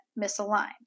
misaligned